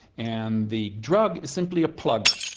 and the drug is simply a plug.